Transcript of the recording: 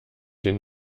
den